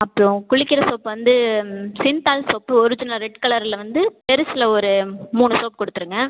அப்புறோம் குளிக்கிற சோப்பு வந்து சிந்தால் சோப்பு ஒரிஜினல் ரெட் கலரில் வந்து பெருசில் ஒரு மூணு சோப் கொடுத்துருங்க